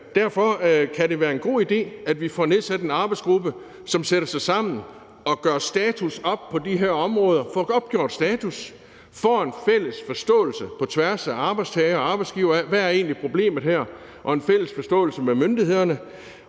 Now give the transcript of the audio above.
Derfor kan det være en god idé, at vi får nedsat en arbejdsgruppe, som sætter sig sammen og gør status op på de her områder, får opgjort status, får en fælles forståelse på tværs af arbejdstager og arbejdsgiver – hvad er problemet egentlig her? – og en fælles forståelse med myndighederne